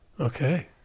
Okay